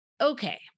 Okay